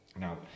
Now